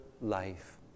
life